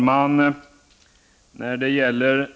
Fru talman!